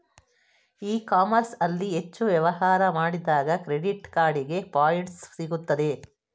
E commerce ಅಲ್ಲಿ ಹೆಚ್ಚು ವ್ಯವಹಾರ ಮಾಡಿದಾಗ ಕ್ರೆಡಿಟ್ ಕಾರ್ಡಿಗೆ ಪಾಯಿಂಟ್ಸ್ ಸಿಗುತ್ತದೆ